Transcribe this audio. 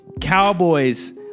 Cowboys